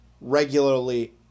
regularly